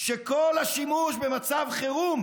שכל השימוש במצב חירום